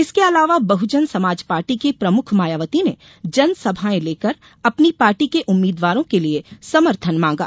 इसके अलावा बहजन समाजवादी पार्टी की प्रमुख मायावती ने जनसभाएं लेकर अपनी पार्टी के उम्मीदवारों के लिए समर्थन मांगा